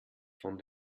von